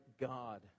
God